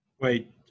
Wait